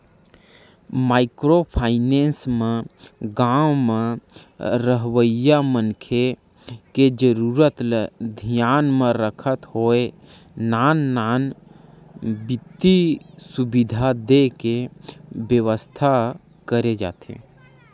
micro finance म गाँव म रहवइया मनखे के जरुरत ल धियान म रखत होय नान नान बित्तीय सुबिधा देय के बेवस्था करे जाथे